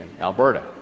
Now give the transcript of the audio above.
Alberta